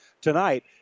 tonight